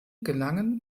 gelangen